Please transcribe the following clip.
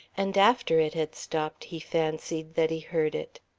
and after it had stopped he fancied that he heard it.